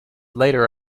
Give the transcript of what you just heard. later